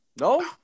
No